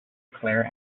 claire